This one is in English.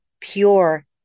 pure